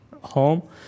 home